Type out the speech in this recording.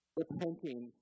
repenting